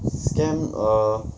scam err